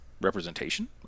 representation